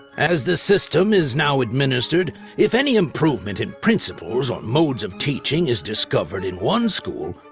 as the system is now administered, if any improvement in principals or modes of teaching is discovered in one school,